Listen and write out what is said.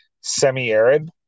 semi-arid